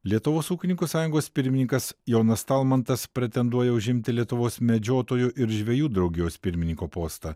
lietuvos ūkininkų sąjungos pirmininkas jonas talmantas pretenduoja užimti lietuvos medžiotojų ir žvejų draugijos pirmininko postą